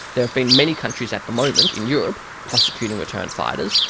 there have been many countries at the moment in europe prosecuting returned fighters.